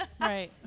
Right